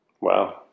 Wow